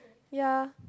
ya